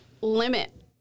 limit